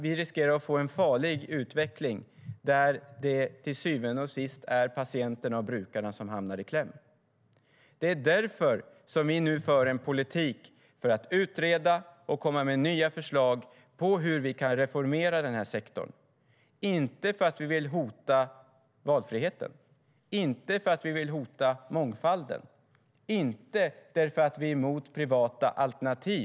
Vi riskerar att få en farlig utveckling där det till syvende och sist är patienterna och brukarna som hamnar i kläm. Det är därför vi nu för en politik för att utreda och komma med nya förslag på hur vi kan reformera den här sektorn. Vi gör det inte för att vi vill hota valfriheten, inte för att vi vill hota mångfalden och inte för att vi är emot privata alternativ.